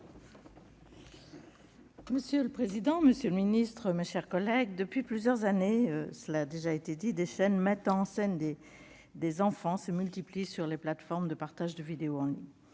Monsieur le président, monsieur le ministre, mes chers collègues, depuis plusieurs années, les « chaînes » mettant en scène des enfants se multiplient sur les plateformes de partage de vidéos en ligne.